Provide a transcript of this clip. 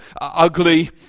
ugly